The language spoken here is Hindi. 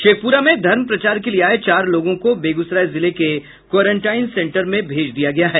शेखपुरा में धर्म प्रचार के लिये आये चार लोगों को बेगूसराय जिले के क्वारेनटाइन सेंटर में भेज दिया गया है